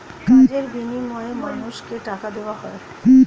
কাজের বিনিময়ে মানুষকে টাকা দেওয়া হয়